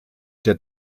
der